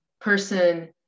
person